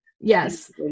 Yes